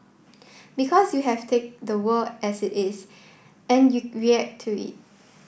because you have take the world as it is and you react to it